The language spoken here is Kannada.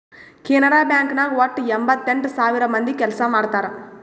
ಕೆನರಾ ಬ್ಯಾಂಕ್ ನಾಗ್ ವಟ್ಟ ಎಂಭತ್ತೆಂಟ್ ಸಾವಿರ ಮಂದಿ ಕೆಲ್ಸಾ ಮಾಡ್ತಾರ್